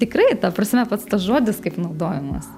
tikrai ta prasme pats tas žodis kaip naudojamas